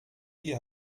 die